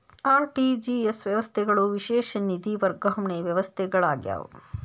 RTGS ವ್ಯವಸ್ಥೆಗಳು ವಿಶೇಷ ನಿಧಿ ವರ್ಗಾವಣೆ ವ್ಯವಸ್ಥೆಗಳಾಗ್ಯಾವ